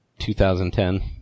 2010